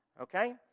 okay